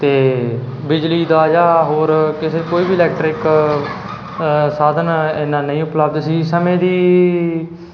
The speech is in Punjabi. ਤੇ ਬਿਜਲੀ ਦਾ ਜਾਂ ਹੋਰ ਕਿਸੇ ਕੋਈ ਵੀ ਇਲੈਕਟਰਿਕ ਸਾਧਨ ਇਨਾ ਨਹੀਂ ਉਪਲਬਧ ਸੀ ਸਮੇਂ ਦੀ